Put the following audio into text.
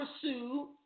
pursue